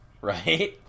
Right